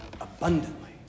abundantly